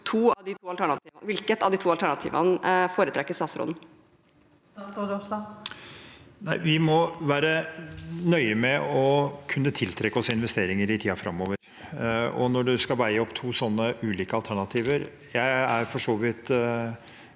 Hvilket av de to alternativene foretrekker statsråden? Statsråd Terje Aasland Vi må være nøye med å kunne tiltrekke oss investeringer i tiden framover. Når det gjelder å veie opp to ulike alternativer, er jeg for så vidt